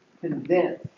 convince